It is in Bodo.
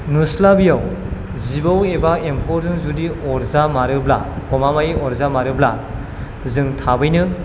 नुस्लाबैयाव जिबौ एबा एम्फौजों जुदि अरजामारोब्ला गमामायै अरजामारोब्ला जों थाबैनो